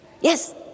Yes